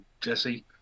Jesse